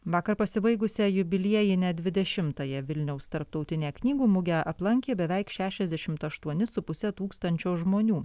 vakar pasibaigusią jubiliejinę dvidešimtąją vilniaus tarptautinę knygų mugę aplankė beveik šešiasdešimt aštuoni su puse tūkstančio žmonių